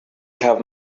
have